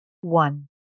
one